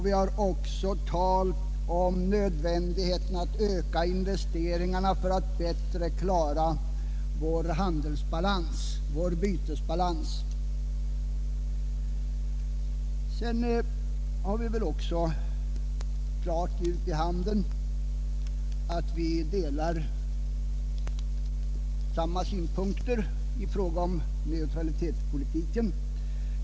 Vi har också talat om nödvändigheten av att öka investeringarna för att bättre klara vår bytesbalans. Vi har även alla klart uttalat samma mening i fråga om neutralitetspolitiken.